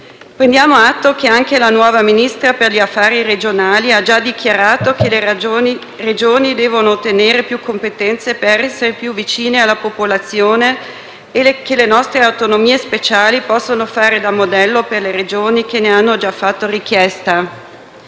Prendiamo atto che anche la nuova Ministra per gli affari regionali ha già dichiarato che le Regioni devono ottenere più competenze per essere più vicine alla popolazione e che le nostre autonomie speciali possano fare da modello per le Regioni che ne hanno già fatto richiesta.